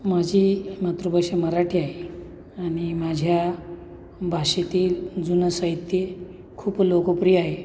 माझी मातृभाषा मराठी आहे आणि माझ्या भाषेतील जुनं साहित्य खूप लोकप्रिय आहे